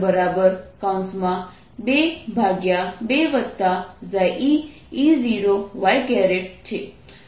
displacement નું શું